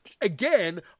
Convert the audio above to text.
again